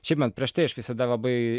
šiaip man prieš tai aš visada labai